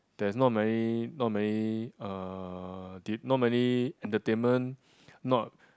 there's not many not many uh not many entertainment not